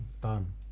done